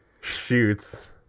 shoots